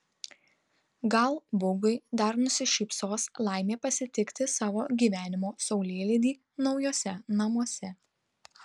gal bugui dar nusišypsos laimė pasitikti savo gyvenimo saulėlydį naujuose namuose